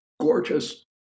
gorgeous